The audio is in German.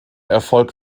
erfolg